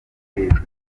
filime